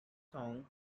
song